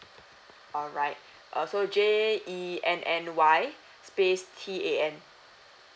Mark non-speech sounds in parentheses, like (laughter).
alright (breath) uh so J E N N Y (breath) space T A N